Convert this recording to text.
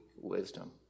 wisdom